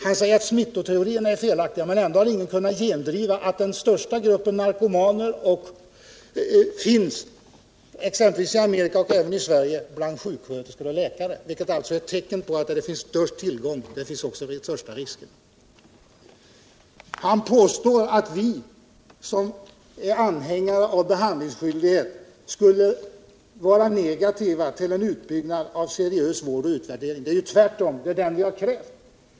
Han säger att smittoteorierna är felaktiga, men ändå har ingen kunnat gendriva att den relativt största gruppen narkomaner finns — exempelvis i Amerika och även i Sverige — bland sjuksköterskor och läkare, vilket är ett tecken på att där det finns störst tillgång på droger finns också de största riskerna. Han påstår att vi som är anhängare av behandlingsskyldighet skulle vara negativa till en utbyggnad av seriös vård och utvärdering. Det är ju tvärtom. Det är den vi har krävt.